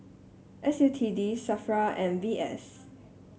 S U T D Safra and V S